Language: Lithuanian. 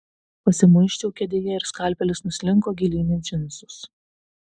pasimuisčiau kėdėje ir skalpelis nuslinko gilyn į džinsus